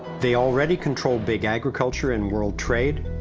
they already control big agriculture and world trade.